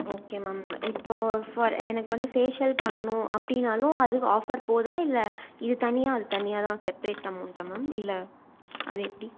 okay ma'am இப்போது for எனக்கு வந்து ஃபேஷியல் பண்ணணும் அப்படின்னாலும் அதுக்கு ஆஃபர் போகுதா இல்லை இது தனியாக அது தனியாக தான் செப்ரெட் அமௌண்ட்டா மேம் இல்லை அது எப்படி